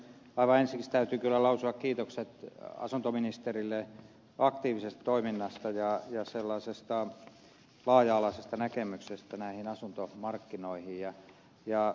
aivan ensiksi täytyy kyllä lausua kiitokset asuntoministerille aktiivisesta toiminnasta ja sellaisesta laaja alaisesta näkemyksestä näihin asuntomarkkinoihin